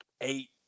eight